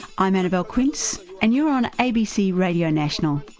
i'm annabelle quince, and you're on abc radio national.